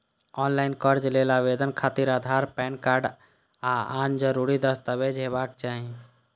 ऑनलॉन कर्ज लेल आवेदन खातिर आधार, पैन कार्ड आ आन जरूरी दस्तावेज हेबाक चाही